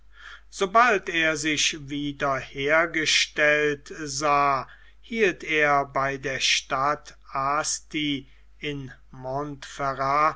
sobald er sich wieder hergestellt sah hielt er bei der stadt asti in